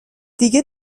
دیگه